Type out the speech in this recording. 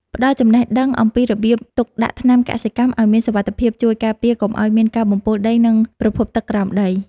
ផ្ដល់ចំណេះដឹងអំពីរបៀបទុកដាក់ថ្នាំកសិកម្មឱ្យមានសុវត្ថិភាពជួយការពារកុំឱ្យមានការបំពុលដី និង ប្រភពទឹកក្រោមដី។